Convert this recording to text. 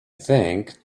think